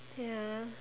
ya